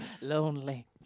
Lonely